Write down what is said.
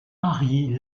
marie